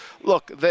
look